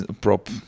prop